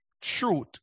truth